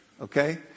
okay